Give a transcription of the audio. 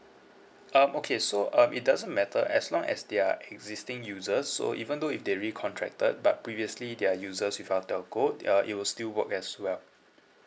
um okay so um it doesn't matter as long as they are existing users so even though if they recontracted but previously they are users with our telco uh it will still work as well